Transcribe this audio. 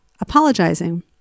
apologizing